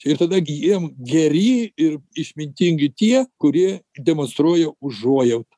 ir tada gi jiem geri ir išmintingi tie kurie demonstruoja užuojaut